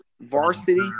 Varsity